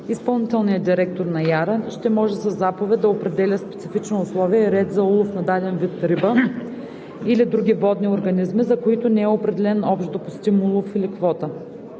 Изпълнителният директор на ИАРА ще може със заповед да определя специфични условия и ред за улов на даден вид риба или други водни организми, за които не е определен общ допустим улов или квота.